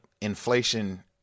inflation